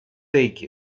take